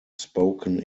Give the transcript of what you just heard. spoken